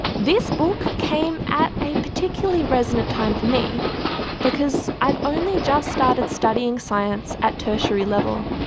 this book came at a particularly resonant time for me because i've only just started studying science at tertiary level.